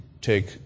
take